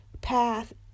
path